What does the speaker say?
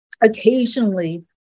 occasionally